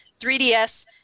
3DS